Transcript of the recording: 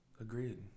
Agreed